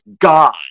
God